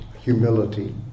humility